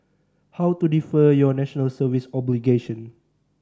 how to defer your National Service obligation